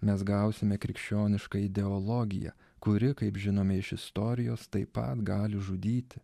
mes gausime krikščionišką ideologiją kuri kaip žinome iš istorijos taip pat gali žudyti